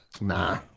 Nah